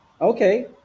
Okay